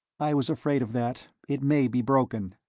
i was afraid of that it may be broken.